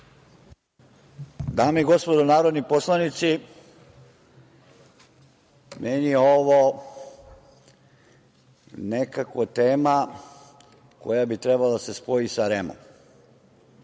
Dame i gospodo narodni poslanici, meni je ovo nekako tema koja bi trebalo da se spoji sa REM-om.